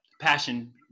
passion